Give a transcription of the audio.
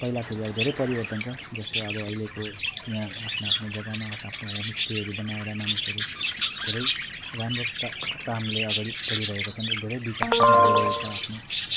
पहिलाको हेरि अहिले धेरै परिवर्तन छ जस्तो अब अहिलेको यहाँ आफ्नो आफ्नो जग्गामा आफ्नो आफ्नो होमस्टेहरू बनाएर मानिसहरू धेरै राम्रो का कामले अगाडि बढिरहेको छन् र धेरै विकास पनि भइरहेको छ आफ्नो